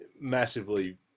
massively